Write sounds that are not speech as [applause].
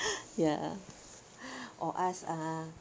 [laughs] ya or ask ah